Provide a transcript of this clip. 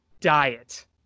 diet